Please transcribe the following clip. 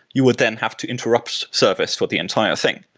you would then have to interrupt service for the entire thing.